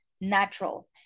natural